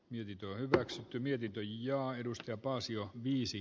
mietintöä hyväksytty mietintö linjaa edus ja paasio viisi